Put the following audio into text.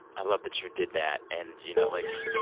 i love that you did that. and, you know, like,